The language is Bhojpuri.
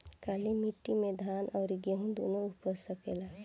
काली माटी मे धान और गेंहू दुनो उपज सकेला?